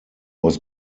was